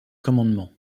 commandements